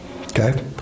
Okay